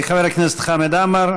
חבר הכנסת חמד עמאר.